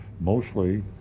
mostly